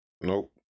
nope